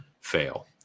fail